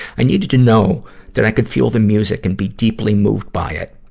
i needed to know that i could feel the music and be deeply moved by it.